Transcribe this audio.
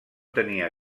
tenia